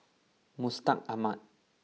Mustaq Ahmad